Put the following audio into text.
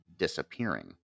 Disappearing